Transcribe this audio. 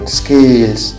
skills